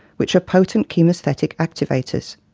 which are potent chemesthetic activators.